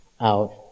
out